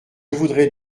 voudrais